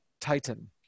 Titan